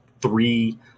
three